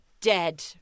Dead